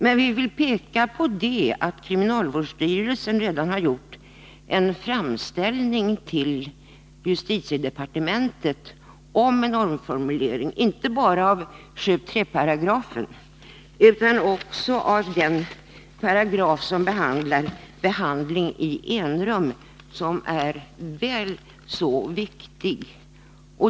Men vi vill peka på att kriminalvårdsstyrelsen redan har gjort en framställning till justitiedepartementet om en omformulering, inte bara av 7:3-paragrafen utan även av den paragraf som gäller behandling i enrum, vilken är väl så viktig.